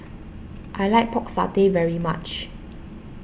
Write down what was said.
I like Pork Satay very much